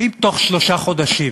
אם תוך שלושה חודשים